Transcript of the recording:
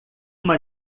uma